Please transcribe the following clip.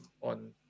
on